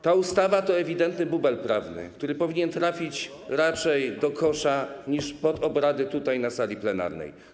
Ta ustawa to ewidentny bubel prawny, który powinien trafić raczej do kosza niż pod obrady na sali plenarnej.